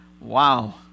Wow